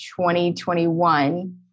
2021